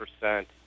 percent